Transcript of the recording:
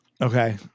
Okay